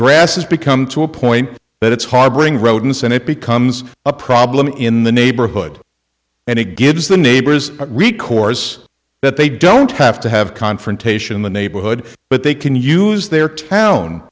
grass has become to a point that it's harboring rodents and it becomes a problem in the neighborhood and it gives the neighbors recourse that they don't have to have confrontation in the neighborhood but they can use their town